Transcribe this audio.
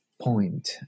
point